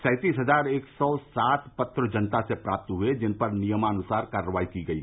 सैंतीस हजार एक सौ सात पत्र जनता से प्राप्त हुए जिन पर नियमानुसार कार्रवाई की गयी